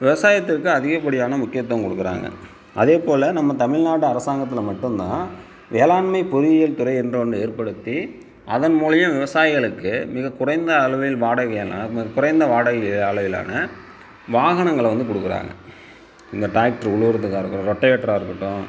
விவசாயத்திற்கு அதிக படியான முக்கியத்துவம் கொடுக்குறாங்க அதே போல் நம்ம தமிழ்நாடு அரசாங்கத்தில் மட்டும்தான் வேளாண்மை பொறியியல் துறை என்ற ஒன்று ஏற்படுத்தி அதன் மூலயம் விவசாயிகளுக்கு மிக குறைந்த அளவில் வாடகை எல்லாம் குறைந்த வாடகை அளவிலான வாகனங்களை வந்து கொடுக்குறாங்க இந்த டிராக்டர் உழுவதற்காகட்டும் ரொட்டேட்டராக இருக்கட்டும்